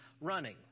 running